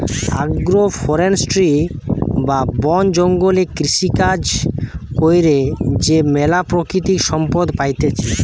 agro forestry বা বন জঙ্গলে কৃষিকাজ কইরে যে ম্যালা প্রাকৃতিক সম্পদ পাইতেছি